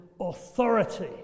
authority